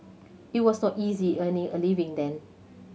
it was so easy earning a living then